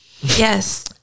Yes